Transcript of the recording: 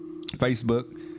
Facebook